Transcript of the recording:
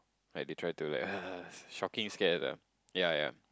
like they try to like shocking scares ah yea yea